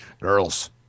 Girls